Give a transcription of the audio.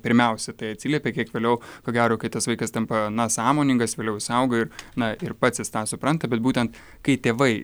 pirmiausia tai atsiliepia kiek vėliau ko gero kai tas vaikas tampa na sąmoningas vėliau jis auga ir na ir pats jis tą supranta bet būtent kai tėvai